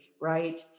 right